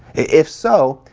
if so,